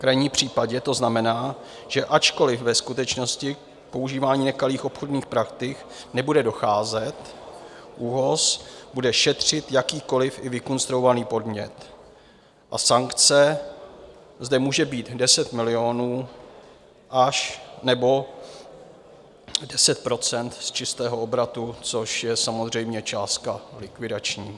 V krajním případě to znamená, že ačkoliv ve skutečnosti k používání nekalých obchodních praktik nebude docházet, ÚOHS bude šetřit jakýkoliv, i vykonstruovaný podnět a sankce zde může být až 10 milionů nebo 10 % z čistého obratu, což je samozřejmě částka likvidační.